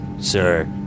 sir